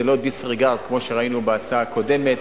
זה לא disregard כמו שראינו בהצעה הקודמת,